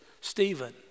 Stephen